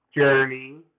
journey